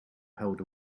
held